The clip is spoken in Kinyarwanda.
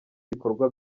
ibikorwa